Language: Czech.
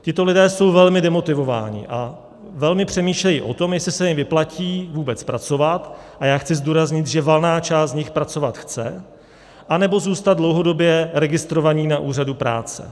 Tito lidé jsou velmi demotivováni a velmi přemýšlejí o tom, jestli se jim vyplatí vůbec pracovat a já chci zdůraznit, že valná část z nich pracovat chce anebo zůstat dlouhodobě registrováni na úřadu práce.